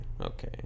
Okay